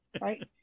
right